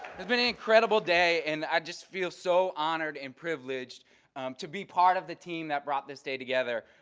it's been an incredible day and i just feel so honored and privileged to be part of the team that brought this day together.